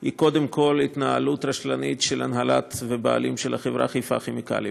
היא קודם כול התנהלות רשלנית של ההנהלה והבעלים של חיפה כימיקלים.